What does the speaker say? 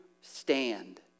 stand